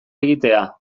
egitea